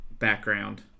Background